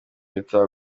bitwara